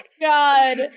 god